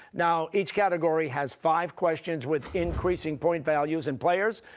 now each category has five questions with increasing point values. and players,